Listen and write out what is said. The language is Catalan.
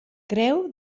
creu